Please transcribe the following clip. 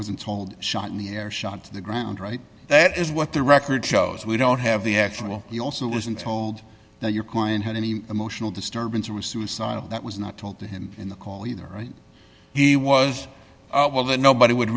wasn't told shot in the air shot to the ground right that is what the record shows we don't have the actual he also wasn't told that your client had any emotional disturbance or was suicidal that was not told to him in the call either he was well that nobody would